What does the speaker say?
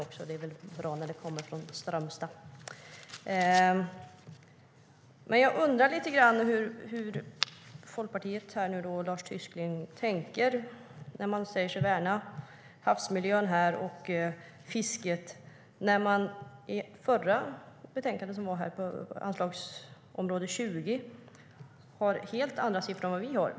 Det är väl bra när det kommer från Strömstad.Jag undrar lite grann hur Folkpartiet och Lars Tysklind tänker när man säger sig värna havsmiljön och fisket när man i betänkandet under anslagsområde 20 har helt andra siffror än vad vi har.